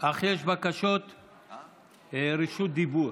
בקשות לרשות דיבור.